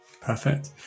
perfect